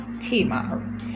Tamar